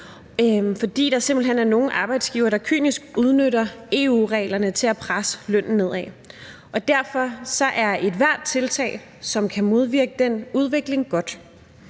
fordi der simpelt hen er nogle arbejdsgivere, der kynisk udnytter EU-reglerne til at presse lønnen nedad. Og derfor er ethvert tiltag, der kan modvirke den udvikling, godt.